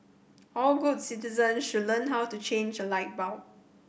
all good citizens should learn how to change a light bulb